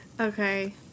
Okay